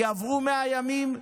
כי עברו 100 ימים,